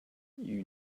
you